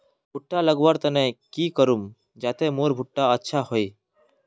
भुट्टा लगवार तने की करूम जाते मोर भुट्टा अच्छा हाई?